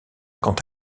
quant